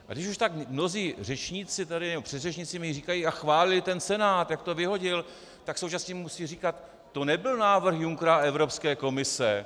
A když už tak mnozí řečníci tady, nebo předřečníci mi říkali a chválili ten Senát, jak to vyhodil, tak současně musí říkat to nebyl návrh Junckera a Evropské komise.